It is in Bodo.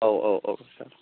औ औ औ सार